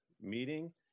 meeting